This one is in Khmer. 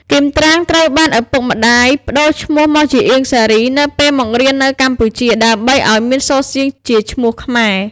គីម ត្រាង ត្រូវបានឳពុកម្តាយ ប្តូរឈ្មោះមកជា អៀង សារី នៅពេលមករៀននៅកម្ពុជា ដើម្បីឱ្យមានសូរសៀងជាឈ្មោះខ្មែរ។